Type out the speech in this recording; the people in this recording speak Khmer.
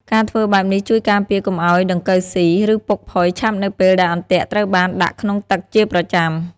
ការធ្វើបែបនេះជួយការពារកុំឲ្យដង្កូវស៊ី ឬពុកផុយឆាប់នៅពេលដែលអន្ទាក់ត្រូវបានដាក់ក្នុងទឹកជាប្រចាំ។